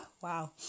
wow